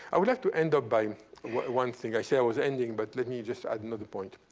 i would like to end up by one thing. i said i was ending, but let me just add another point.